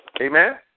Amen